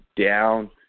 down